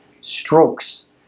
strokes